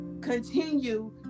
continue